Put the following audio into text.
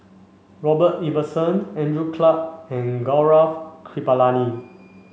Robert Ibbetson Andrew Clarke and Gaurav Kripalani